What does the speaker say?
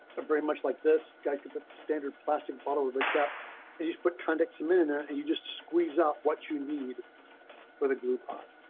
a very much like this guy could the standard plastic bottle recap and he's put conduct summit in there and you just squeeze out what you need for the glue pod.